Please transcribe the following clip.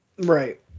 right